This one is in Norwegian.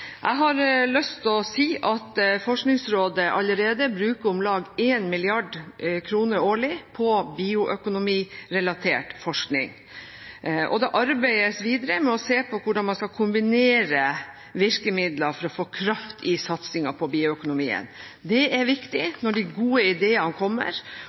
Jeg har lyst til å si at Forskningsrådet allerede bruker om lag 1 mrd. kr årlig på bioøkonomirelatert forskning, og det arbeides videre med å se på hvordan man skal kombinere virkemidler for å få kraft i satsingen på bioøkonomien. Det er viktig når de gode ideene kommer,